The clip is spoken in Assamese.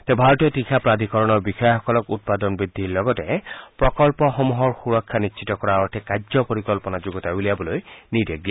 তেওঁ ভাৰতীয় তীখা প্ৰাধিকৰণৰ বিষয়াসকলক উৎপাদন বৃদ্ধিৰ লগতে প্ৰকল্পসমূহৰ সুৰক্ষা নিশ্চিত কৰাৰ অৰ্থে কাৰ্য পৰিকল্পনা যুণ্ডতাই উলিয়াবলৈ নিৰ্দেশ দিয়ে